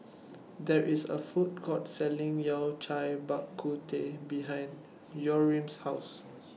There IS A Food Court Selling Yao Cai Bak Kut Teh behind Yurem's House